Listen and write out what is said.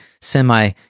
semi